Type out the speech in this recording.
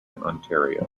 ontario